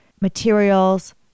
materials